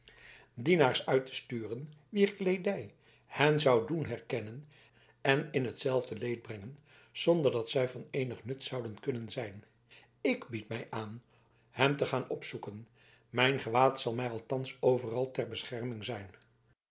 dienaars uit te sturen wier kleedij hen zou doen herkennen en in t zelfde leed brengen zonder dat zij van eenig nut zouden kunnen zijn ik bied mij aan hem te gaan opzoeken mijn gewaad zal mij althans overal ter bescherming zijn